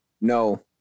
No